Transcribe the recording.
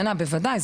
בוודאי.